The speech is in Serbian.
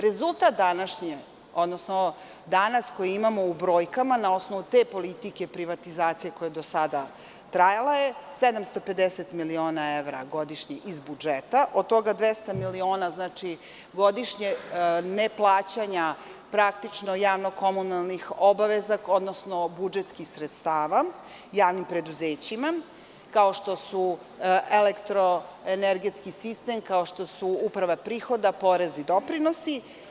Rezultat današnje, odnosno danas koji imamo u brojkama, na osnovu te politike privatizacije koja je do sada trajala je 750 miliona evra godišnje iz budžeta, od toga 200 miliona godišnjeg neplaćanja praktično javno-komunalnih obaveza, odnosno budžetskih sredstava javnim preduzećima, kao što su elektroenergetski sistem, kao što su Uprava prihoda, porezi i doprinosi.